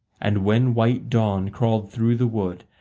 and when white dawn crawled through the wood,